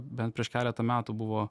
bent prieš keletą metų buvo